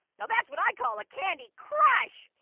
now that's what i call a candy crush.